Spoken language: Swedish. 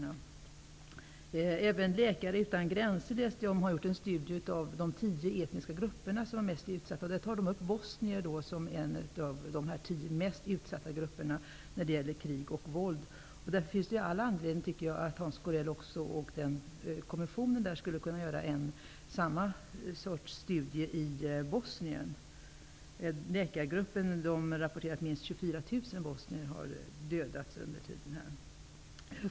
Jag läste att Läkare utan gränser har gjort en studie om de tio etniska grupper som är mest utsatta för krig och våld. En av dessa grupper är bosnierna. Det finns därför all anledning att Lars Corells mission gör samma slags studie i Bosnien. Läkargruppen rapporterar att minst 24 000 bosnier har dödats.